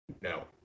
No